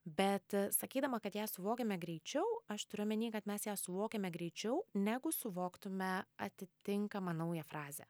bet sakydama kad ją suvokiame greičiau aš turiu omeny kad mes ją suvokiame greičiau negu suvoktume atitinkamą naują frazę